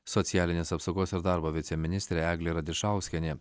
socialinės apsaugos ir darbo viceministrė eglė radišauskienė